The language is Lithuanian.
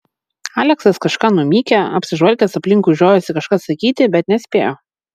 aleksas kažką numykė apsižvalgęs aplinkui žiojosi kažką sakyti bet nespėjo